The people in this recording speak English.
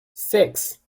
six